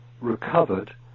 recovered